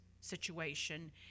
situation